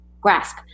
grasp